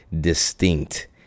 distinct